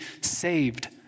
saved